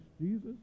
Jesus